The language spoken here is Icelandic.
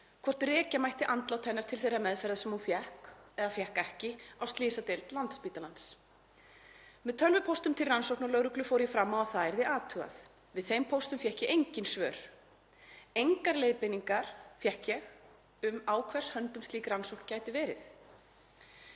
hvort rekja mætti andlát hennar til þeirrar meðferðar sem hún fékk — eða fékk ekki — á slysadeild Landspítalans. Með tölvupóstum til rannsóknarlögreglu fór ég fram á að það yrði athugað. Við þeim póstum fékk ég engin svör. Engar leiðbeiningar fékk ég um á hvers höndum slík rannsókn gæti verið.